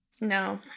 No